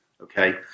Okay